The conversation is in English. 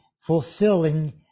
fulfilling